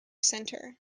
centre